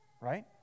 right